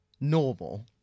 normal